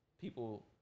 people